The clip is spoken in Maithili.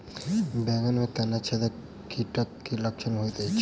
बैंगन मे तना छेदक कीटक की लक्षण होइत अछि?